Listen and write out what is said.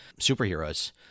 superheroes